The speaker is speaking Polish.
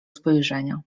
spojrzenia